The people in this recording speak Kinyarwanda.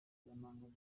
byantangaje